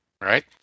Right